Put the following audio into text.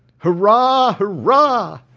hurrah! hurrah!